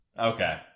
Okay